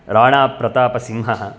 राणाप्रतापसिंहः